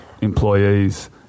employees